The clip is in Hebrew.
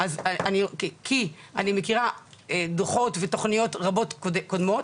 כי אני מכירה דוחות ותוכניות רבות קודמות